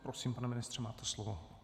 Prosím, pane ministře, máte slovo.